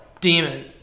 demon